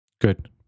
Good